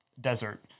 desert